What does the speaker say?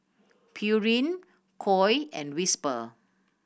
Pureen Koi and Whisper